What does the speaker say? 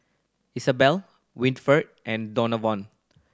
Isabel Winford and Donavon